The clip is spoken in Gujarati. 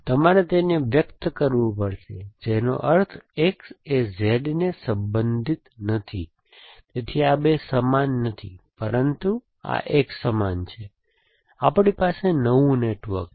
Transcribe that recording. તમારે તેને વ્યક્ત કરવું પડશે જેનો અર્થ X એ Z ને સંબંધિત નથી તેથી આ બે સમાન નથી પરંતુ આ એક સમાન છે તેથી આપણી પાસે નવું નેટવર્ક છે